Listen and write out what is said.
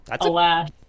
Alas